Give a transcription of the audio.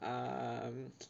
um